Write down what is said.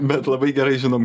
bet labai gerai žinom